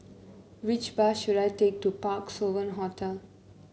which bus should I take to Parc Sovereign Hotel